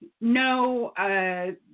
no